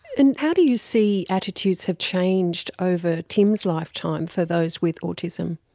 and how do you see attitudes have changed over tim's lifetime for those with autism?